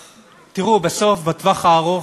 תראו, בסוף בטווח הארוך